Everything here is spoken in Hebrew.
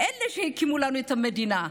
אלה שהקימו לנו את המדינה.